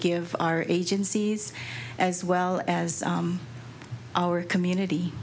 give our agencies as well as our community